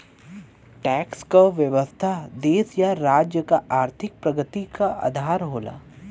tax क व्यवस्था देश या राज्य क आर्थिक प्रगति क आधार होला